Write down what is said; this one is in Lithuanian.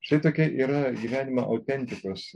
šitokia yra gyvenimo autentikos